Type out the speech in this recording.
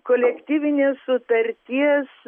kolektyvinės sutarties